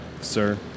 sir